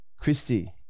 Christy